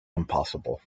impossible